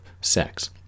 sex